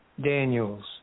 Daniels